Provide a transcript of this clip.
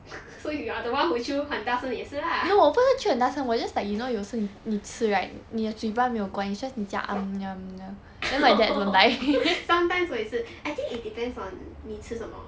so you are the one who chew 很大声也是 lah sometimes 我也是 I think it depends on 你吃什么